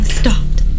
stopped